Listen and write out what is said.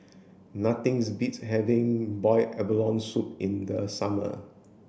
nothings beats having boiled abalone soup in the summer